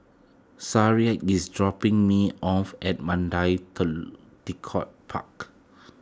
is dropping me off at Mandai Tekong Park